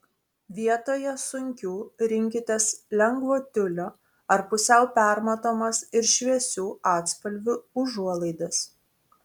vietoje sunkių rinkitės lengvo tiulio ar pusiau permatomas ir šviesių atspalvių užuolaidas